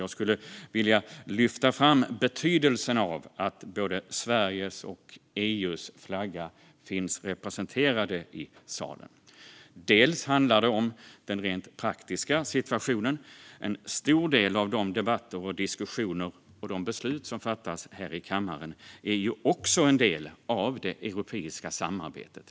Jag vill lyfta fram betydelsen av att både Sveriges och EU:s flaggor finns representerade i salen. Det handlar delvis om den rent praktiska situationen. En stor del av de debatter och diskussioner som hålls och de beslut som fattas här i kammaren är också en del av det europeiska samarbetet.